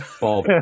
Bob